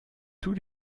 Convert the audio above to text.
tous